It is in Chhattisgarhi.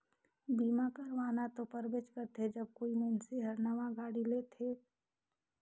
बीमा करवाना तो परबेच करथे जब कोई मइनसे हर नावां गाड़ी लेथेत